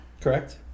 correct